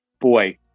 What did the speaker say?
boy